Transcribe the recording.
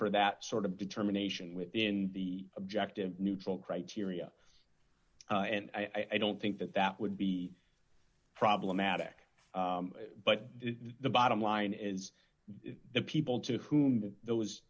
for that sort of determination within the objective neutral criteria and i don't think that that would be problematic but the bottom line is the people to whom that